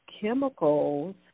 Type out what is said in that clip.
chemicals